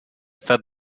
fed